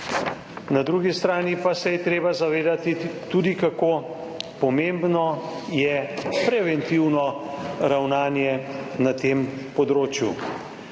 Na drugi strani pa se je treba zavedati tudi, kako pomembno je preventivno ravnanje na tem področju.